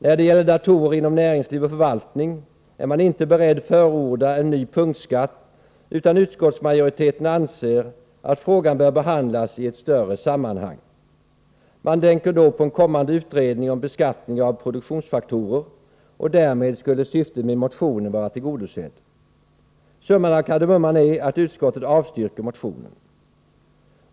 När det gäller datorer inom näringsliv och förvaltning är inte utskottsmajoriteten beredd att förorda en ny punktskatt, utan man anser att frågan bör behandlas i ett större sammanhang. Man tänker då på en kommande utredning om beskattning av produktionsfaktorer och anser därmed att syftet med motionen är tillgodosett. Summan av kardemumman är att utskottet avstyrker motionen.